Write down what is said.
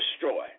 destroy